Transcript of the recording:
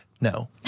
No